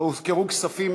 הוזכרה כספים.